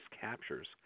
captures